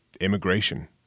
immigration